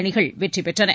அணிகள் வெற்றி பெற்றன